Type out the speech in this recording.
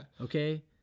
Okay